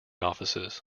offices